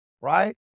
right